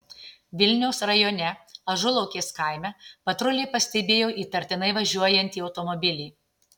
vilniaus rajone ažulaukės kaime patruliai pastebėjo įtartinai važiuojantį automobilį